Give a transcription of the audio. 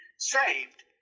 saved